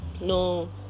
No